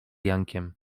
jankiem